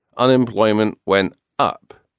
unemployment went up.